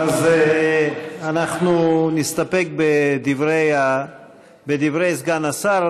אז אנחנו נסתפק בדברי סגן השר.